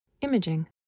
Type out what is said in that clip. Imaging